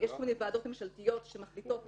ויש כל מיני ועדות ממשלתיות שמחליטות,